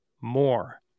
more